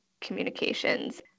communications